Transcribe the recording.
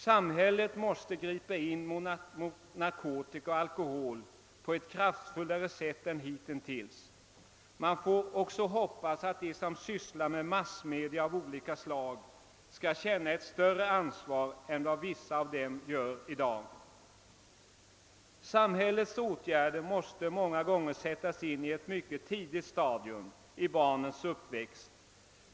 Samhället måste gripa in mot narkotika och alkohol på ett kraftfullare sätt än hitintills. Man får också hoppas att de som sysslar med massmedia av olika slag skall känna ett större ansvar än vad vissa av dem gör i dag. Samhällets åtgärder måste många gånger sättas in på ett mycket tidigt stadium under barnens uppväxt.